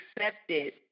accepted